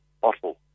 bottle